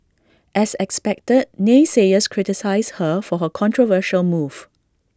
as expected naysayers criticised her for her controversial move